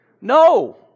No